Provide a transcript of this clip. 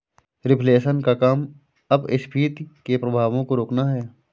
reflation का काम अपस्फीति के प्रभावों को रोकना है